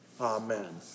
amen